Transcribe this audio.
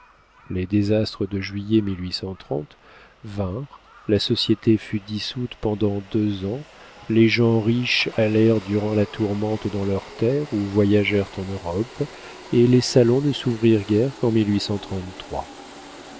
les désastres de juillet vinrent la société fut dissoute pendant deux ans les gens riches allèrent durant la tourmente dans leurs terres ou voyagèrent en europe et les salons ne s'ouvrirent guère qu'en